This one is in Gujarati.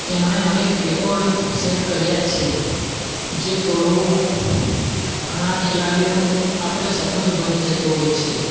તેમણે અનેક રેકોર્ડ સેટ કર્યાં છે જે તોડવા ઘણા ખેલાડીઓનું માત્ર સપનું જ બની જતું હોય છે